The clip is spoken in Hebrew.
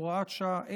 הוראת שעה),